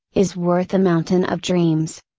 is worth a mountain of dreams.